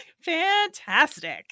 Fantastic